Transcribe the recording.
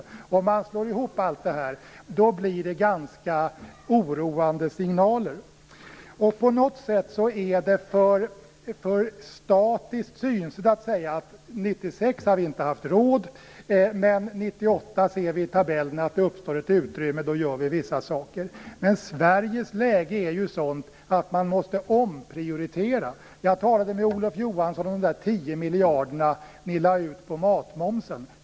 Om man slår ihop allt det här ser man ganska oroande signaler. På något sätt är det ett för statiskt synsätt att säga att vi 1996 inte har haft råd, men att vi ser att det uppstår ett utrymme 1998, så då gör vi vissa saker. Sveriges läge är ju sådant att man måste omprioritera. Jag talade med Olof Johansson om de tio miljarder som lades ut på matmomsen.